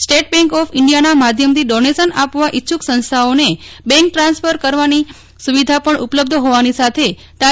state bank of ઇન્ડિયાના માધ્યમથી donation આપવા ઇચ્છક સંસ્થાઓને બેંક ટ્રાન્સફર કરવાની સુવિધા પણ ઉપલબ્ધ ફોવાની સાથે તા